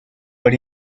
but